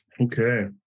Okay